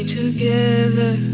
together